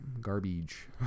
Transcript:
garbage